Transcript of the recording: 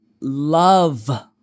love